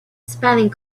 spelling